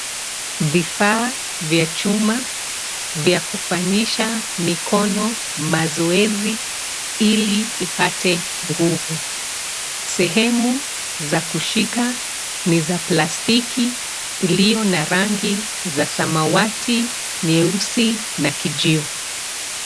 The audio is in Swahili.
Vifaa vya chuma vya kufanyisha mikono mazoezi ili ipate nguvu, sehemu za kushika ni za plastiki iliyo na rangi za samawati nyeusi na kijivu.